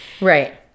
Right